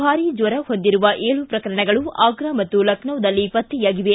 ಭಾರಿ ಜ್ವರ ಹೊಂದಿರುವ ಏಳು ಪ್ರಕರಣಗಳು ಆಗ್ರಾ ಮತ್ತು ಲಖನೌದಲ್ಲಿ ಪತ್ತೆಯಾಗಿವೆ